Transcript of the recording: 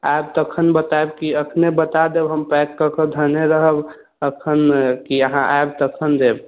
आएब तखन बताएब कि अखने बता देब हम पैक कऽ कऽ धेने रहब अखन कि अहाँ आएब तखन देब